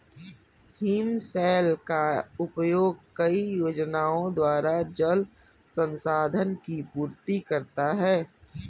हिमशैल का उपयोग कई योजनाओं द्वारा जल संसाधन की पूर्ति करता है